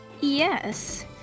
Yes